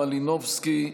מלינובסקי,